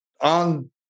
on